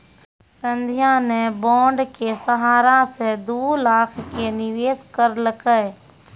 संध्या ने बॉण्ड के सहारा से दू लाख के निवेश करलकै